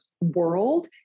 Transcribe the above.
world